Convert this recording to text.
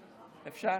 אפשר,